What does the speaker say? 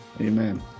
amen